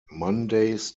mondays